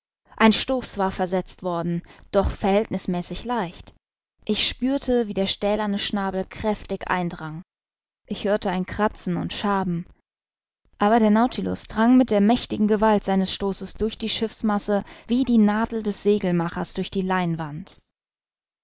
ein stoß war versetzt wor den doch verhältnißmäßig leicht ich spürte wie der stählerne schnabel kräftig eindrang ich hörte ein kratzen und schaben aber der nautilus drang mit der mächtigen gewalt seines stoßes durch die schiffsmasse wie die nadel des segelmachers durch die leinwand